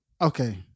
Okay